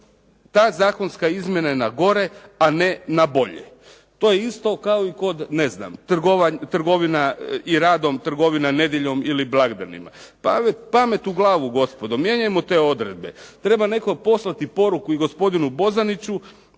ta zakonska izmjena je na gore a ne na bolje. To je isto kao i kod trgovina, i radom trgovina nedjeljom ili blagdanima. Pamet u glavu gospodo, mijenjajmo te odredbe. Treba netko poslati poruku i gospodinu Bozaniću